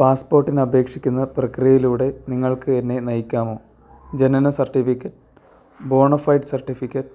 പാസ്പോർട്ടിന് അപേക്ഷിക്കുന്ന പ്രക്രിയയിലൂടെ നിങ്ങൾക്ക് എന്നെ നയിക്കാമോ ജനന സർട്ടിഫിക്കറ്റ് ബോണഫൈഡ് സർട്ടിഫിക്കറ്റ്